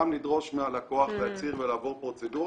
גם לדרוש מהלקוח להצהיר ולעבור פרוצדורה